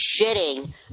shitting